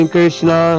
Krishna